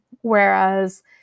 Whereas